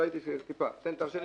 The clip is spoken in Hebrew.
תרשה לי